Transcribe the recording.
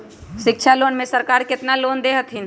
शिक्षा लोन में सरकार केतना लोन दे हथिन?